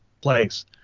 place